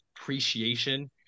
appreciation